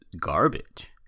garbage